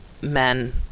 men